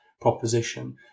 proposition